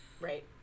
Right